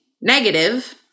negative